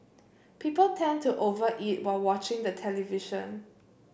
people tend to over eat while watching the television